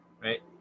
right